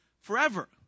forever